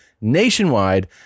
nationwide